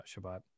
Shabbat